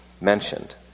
mentioned